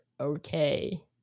okay